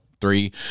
three